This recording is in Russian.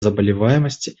заболеваемости